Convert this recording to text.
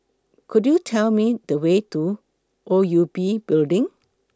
Could YOU Tell Me The Way to O U B Building